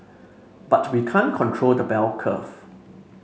but we can't control the bell curve